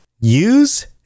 Use